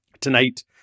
Tonight